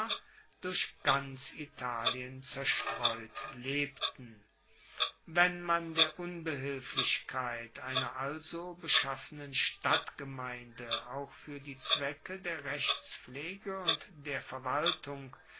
durch ganz italien zerstreut lebten wenn man der unbehilflichkeit einer also beschaffenen stadtgemeinde auch fuer die zwecke der rechtspflege und der verwaltung